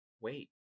wait